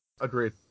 Agreed